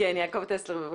טסלר, בבקשה.